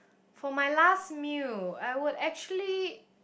for my last meal I will actually